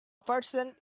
person